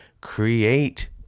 create